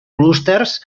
clústers